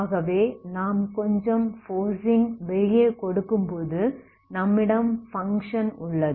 ஆகவே நாம் கொஞ்சம் ஃபோர்ஸிங் வெளியே கொடுக்கும்போது நம்மிடம் பங்க்ஷன் உள்ளது